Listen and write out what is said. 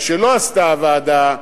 מה שלא עשתה הוועדה,